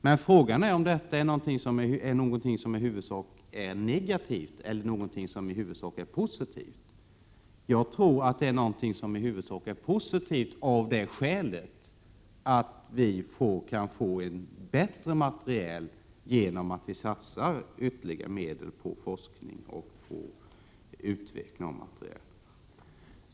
Men frågan är om detta är något som är i huvudsak negativt eller något som i huvudsak är positivt. Jag tror att detta är någonting som är övervägande positivt, eftersom vi kan få bättre materiel genom att satsa ytterligare medel på forskning och utveckling.